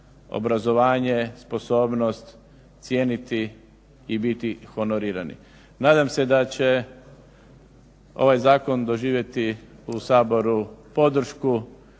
obrazovanje, sposobnost cijeniti i biti honorirani. Nadam se da će ovaj zakon doživjeti u Saboru podršku.